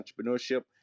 entrepreneurship